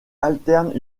alternent